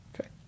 Okay